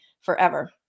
forever